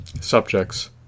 subjects